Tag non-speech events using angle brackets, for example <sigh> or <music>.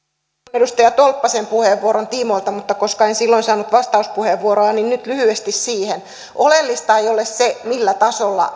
edustaja tolppasen puheenvuoron tiimoilta mutta koska en silloin saanut vastauspuheenvuoroa niin nyt lyhyesti siihen oleellista ei ole se millä tasolla <unintelligible>